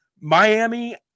Miami